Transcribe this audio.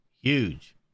huge